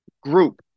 group